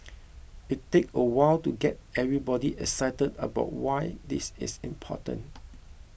it take a while to get everybody excited about why this is important